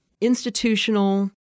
institutional